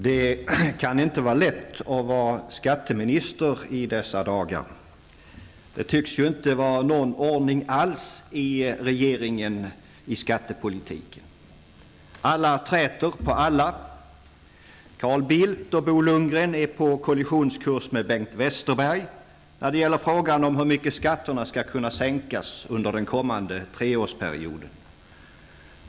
Det kan inte vara lätt att vara skatteminister i dessa dagar. Det tycks ju inte vara någon ordning alls i regeringen i skattepolitiken. Alla träter på alla. Carl Bildt och Bo Lundgren är på kollisionskurs med Bengt Westerberg när det gäller frågan om hur mycket skatterna skall kunna sänkas under den kommande treårsperioden.